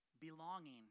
belonging